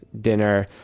dinner